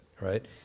right